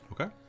Okay